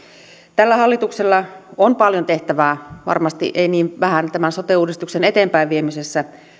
tällä hallituksella on paljon tehtävää varmasti ei niin vähän tämän sote uudistuksen eteenpäinviemisessä